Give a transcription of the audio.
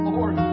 Lord